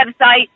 website